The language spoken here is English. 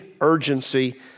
urgency